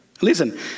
Listen